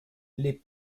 les